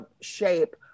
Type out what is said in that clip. shape